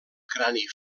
crani